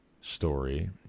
story